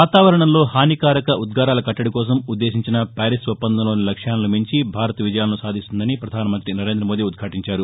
వాతావరణంలో హానికారక ఉద్గారాల కట్టడికకోసం ఉద్దేశించిన పారిస్ ఒప్పందంలోని లక్ష్యాలను మించి భారత్ విజయాలను సాధిస్తుందని పధాన మంత్రి నరేంద్ర మోదీ ఉద్యాటించారు